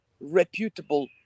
reputable